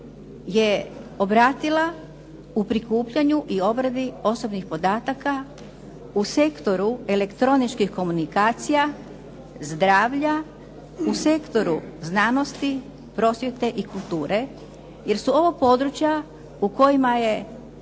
je obratila u prikupljanju i obradi osobnih podataka u sektoru elektroničkih komunikacija, zdravlja, u sektoru znanosti, prosvjete i kulture jer su ovo područja u kojima je